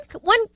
one